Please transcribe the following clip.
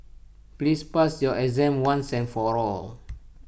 please pass your exam once and for all